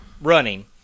running